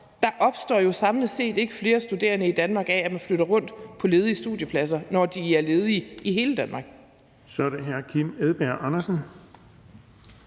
Der kommer jo samlet set ikke flere studerende i Danmark af, at man flytter rundt på ledige studiepladser, når de er ledige i hele Danmark.